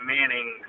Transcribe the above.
Manning